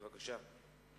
בבקשה.